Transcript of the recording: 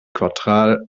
quartal